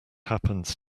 happens